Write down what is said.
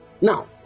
now